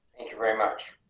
very much.